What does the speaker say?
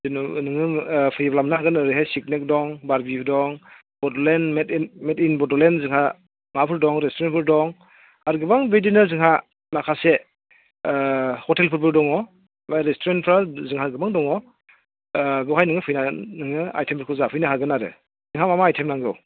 किन्तु नोङो फैयोब्ला मोननो मोनगोन ओरैहाय सिगनेट दं बारबिबो दं बडलेण्ड मेद इन बडलेण्ड जोंहा माबाफोर दं रेस्तुरेन्टफोर दं आरो गोबां बिदिनो जोंहा माखासे हटेलफोरबो दङ बा रेस्तुरेन्टफ्रा जोंहा गोबां दङ बेवहाय नोङो फैनानै नोङो आइटेमफोरखौ जाफैनो हागोन आरो नोंहा मा मा आइटेम नांगौ